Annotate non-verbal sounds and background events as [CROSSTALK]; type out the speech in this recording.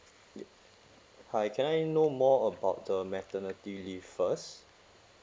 [NOISE] hi can I know more about the maternity leave first